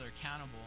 accountable